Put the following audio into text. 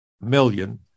million